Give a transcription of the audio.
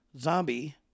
zombie